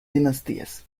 dinastías